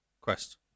quest